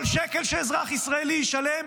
כל שקל שאזרח ישראלי ישלם,